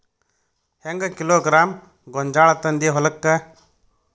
ಹೆಂಗ್ ಕಿಲೋಗ್ರಾಂ ಗೋಂಜಾಳ ತಂದಿ ಹೊಲಕ್ಕ?